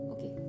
Okay